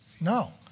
No